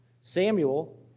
Samuel